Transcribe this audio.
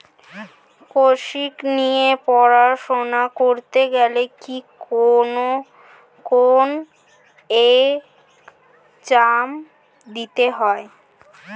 কৃষি নিয়ে পড়াশোনা করতে গেলে কি কোন এগজাম দিতে হয়?